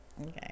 Okay